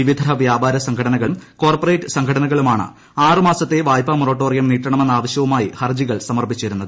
വിവിധ വ്യാപാര സംഘടനകളും കോർപ്പറേറ്റ് സംഘടനകളുമാണ് ആറ് മാസത്തെ വായ്പ മോറട്ടോറിയം നീട്ടണമെന്ന ആവശ്യവുമായി ഹർജികൾ സമർപ്പിച്ചിരുന്നത്